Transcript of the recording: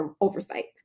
oversight